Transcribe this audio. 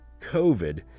covid